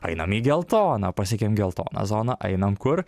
einam į geltoną pasiekiam geltoną zoną einam kur